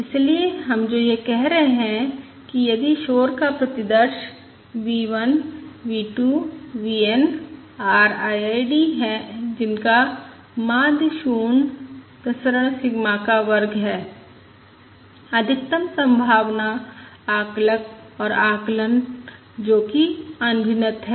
इसलिए हम जो यह कह रहे हैं कि यदि शोर का प्रतिदर्श V 1 V 2 V n R IID जिनका माध्य 0 प्रसरण सिग्मा का वर्ग है अधिकतम संभावना आकलक और आकलन जोकि अनभिनत है